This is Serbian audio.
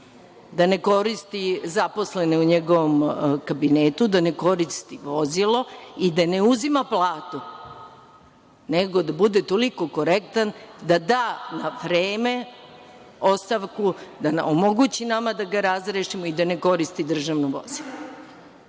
da ne koristi zaposlene u njegovom kabinetu, da ne koristi vozilo i da ne uzima platu, nego da bude toliko korektan da da na vreme ostavku, da omogući nama da ga razrešimo i da ne koristi državno vozilo.